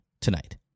tonight